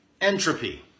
Entropy